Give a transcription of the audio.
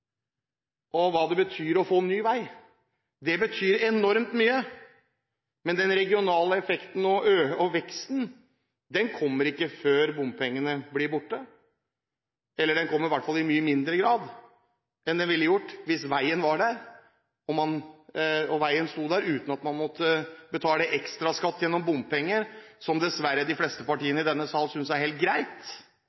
det betyr å få ny vei. Det betyr enormt mye, men den regionale effekten og veksten kommer ikke før bompengene blir borte, eller den kommer i hvert fall i mye mindre grad enn den ville gjort hvis veien var der uten at man måtte betale ekstraskatt gjennom bompenger, som de fleste partiene i denne sal dessverre